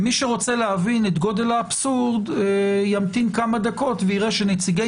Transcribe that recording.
ומי שרוצה להבין את גודל האבסורד ימתין כמה דקות ויראה שנציגי